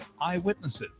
eyewitnesses